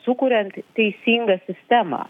sukuriant teisingą sistemą